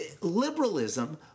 Liberalism